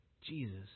Jesus